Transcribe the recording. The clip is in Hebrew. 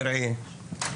מרעי,